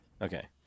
Okay